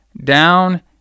Down